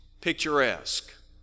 picturesque